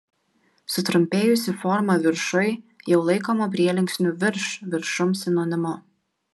sutrumpėjusi forma viršuj jau laikoma prielinksnių virš viršum sinonimu